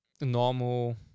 normal